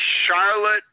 Charlotte